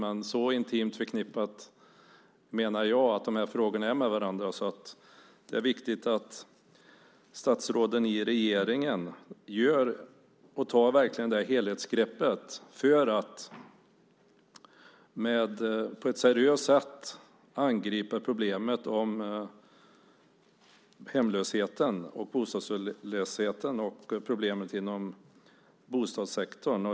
Men jag anser att de här frågorna är så intimt förknippade med varandra att det är viktigt att statsråden i regeringen verkligen tar ett helhetsgrepp för att på ett seriöst sätt angripa problemet med hemlösheten och bostadslösheten och problemen inom bostadssektorn.